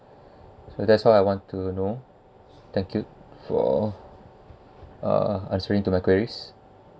so that's why I want to know thank you for uh answering to my queries